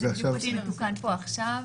זה תוקן כאן עכשיו.